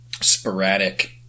sporadic